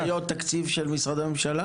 אז הקרן מחליפה בעיות תקציב של משרדי ממשלה?